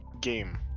game